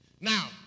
Now